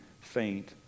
faint